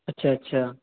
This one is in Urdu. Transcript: اچھا اچھا